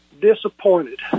disappointed